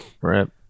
Right